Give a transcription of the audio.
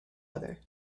other